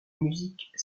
musique